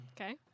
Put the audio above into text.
Okay